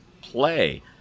play